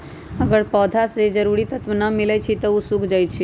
अगर पौधा स के जरूरी तत्व न मिलई छई त उ सूख जाई छई